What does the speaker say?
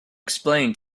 explain